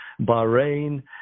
Bahrain